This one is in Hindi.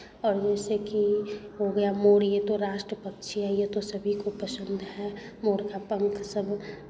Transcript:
और जैसे कि हो गया मोर ये तो राष्ट्र पक्षी है ये तो सभी को पसंद है मोर का पंख सब